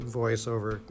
voiceover